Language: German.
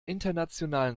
internationalen